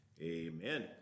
Amen